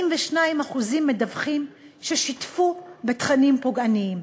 42% מדווחים ששיתפו בתכנים פוגעניים?